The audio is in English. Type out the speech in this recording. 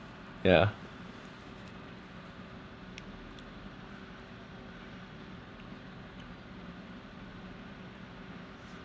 yeah